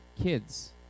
kids